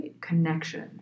connection